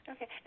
Okay